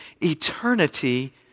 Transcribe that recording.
eternity